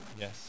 Yes